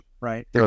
right